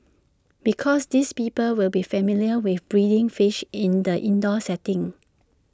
because these people will be familiar with breeding fish in the indoor setting